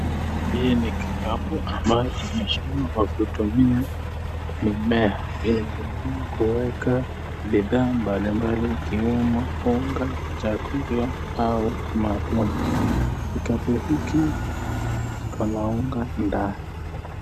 Hii ni kikapu ambayo kimeshonwa kwa kutumia, mimea, inatumiwa kueka bidhaa mbali mbali ikiwemo, unga, chakula, au matunda, kikapu hiki, kiko na unga, ndani.